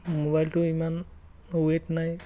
মোবাইলটো ইমান ৱেইট নাই